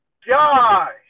Josh